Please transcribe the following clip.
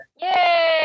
Yay